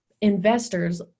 investors